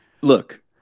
look